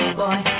boy